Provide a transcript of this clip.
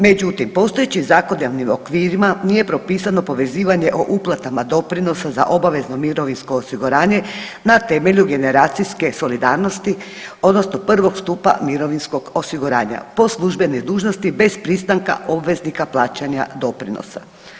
Međutim, postojeći zakonodavnim okvirima nije propisano povezivanje o uplatama doprinosa za obavezno mirovinsko osiguranje na temelju generacijske solidarnosti odnosno prvog stupa mirovinskog osiguranja po službenoj dužnosti bez pristanka obveznika plaćanja doprinosa.